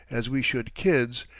as we should kids,